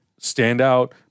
standout